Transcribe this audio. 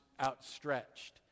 outstretched